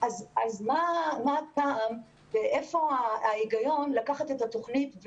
אז מה הטעם ואיפה ההיגיון לסגור את התוכנית?